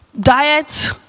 diet